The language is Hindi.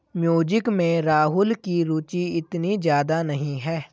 म्यूजिक में राहुल की रुचि इतनी ज्यादा नहीं है